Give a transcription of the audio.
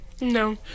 No